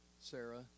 Sarah